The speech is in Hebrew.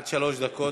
עד שלוש דקות.